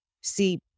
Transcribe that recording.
See